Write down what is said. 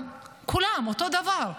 כולם אותו דבר.